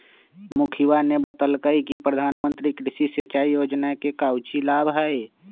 मुखिवा ने बतल कई कि प्रधानमंत्री कृषि सिंचाई योजना के काउची लाभ हई?